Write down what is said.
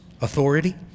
authority